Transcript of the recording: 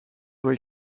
doit